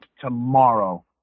tomorrow